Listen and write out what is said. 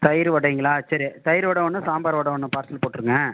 தயிர் வடைங்களா சரி தயிர் வடை ஒன்று சாம்பார் வடை ஒன்று பார்சல் போட்டிருங்க